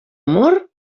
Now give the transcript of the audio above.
amor